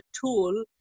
tool